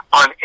on